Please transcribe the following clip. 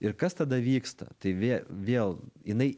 ir kas tada vyksta tai vie vėl jinai